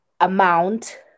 amount